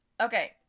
Okay